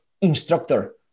instructor